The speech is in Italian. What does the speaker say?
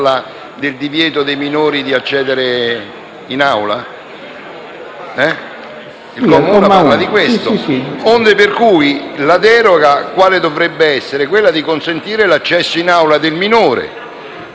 70 parla di questo. Onde per cui, la deroga quale dovrebbe essere? Quella di consentire l'accesso in Aula del minore